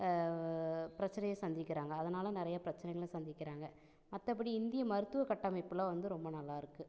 பிரச்சனையை சந்திக்கிறாங்க அதனால் நிறைய பிரச்சனைகளை சந்திக்கிறாங்க மற்றபடி இந்திய மருத்துவ கட்டமைப்பில் வந்து ரொம்ப நல்லா இருக்கு